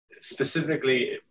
specifically